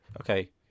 okay